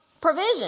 provision